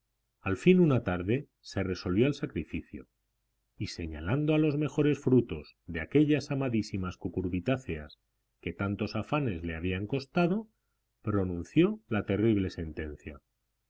al fin una tarde se resolvió al sacrificio y señalando a los mejores frutos de aquellas amadísimas cucurbitáceas que tantos afanes le habían costado pronunció la terrible sentencia